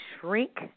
shrink